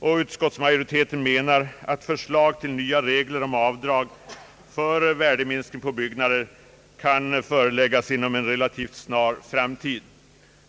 Utskottsmajoriteten menar att förslag till nya regler om avdrag för värdeminskning på byggnader kan föreläggas inom en relativt snar framtid.